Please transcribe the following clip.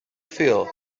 feel